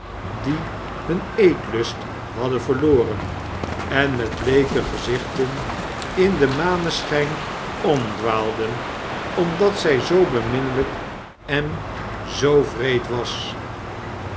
die hun eetlust hadden verloren en met bleeke gezichten in den maneschijn omdwaalden omdat zij zoo beminnelijk en zoo wreed was